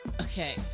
Okay